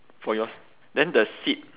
for yours then the seat